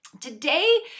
Today